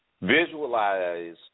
Visualize